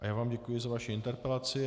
Já vám děkuji za vaši interpelaci.